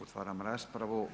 Otvaram raspravu.